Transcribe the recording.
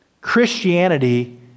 Christianity